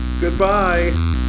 Goodbye